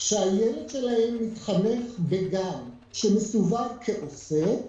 שהילד שלהם מתחנך בגן שמסווג כעוסק,